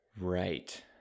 right